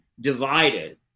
divided